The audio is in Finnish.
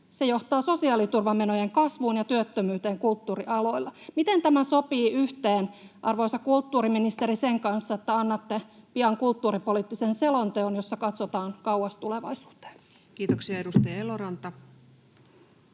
Se johtaa sosiaaliturvamenojen kasvuun ja työttömyyteen kulttuurialoilla. Miten tämä sopii yhteen, arvoisa kulttuuriministeri, sen kanssa, että annatte pian kulttuuripoliittisen selonteon, jossa katsotaan kauas tulevaisuuteen? Kiitoksia. — Edustaja Eloranta.